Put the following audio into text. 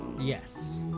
Yes